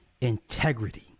integrity